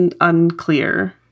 unclear